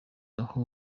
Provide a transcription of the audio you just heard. aho